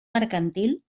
mercantil